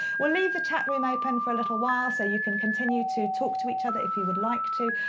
we'll leave the chat room open for a little while so you can continue to talk to each other if you would like to.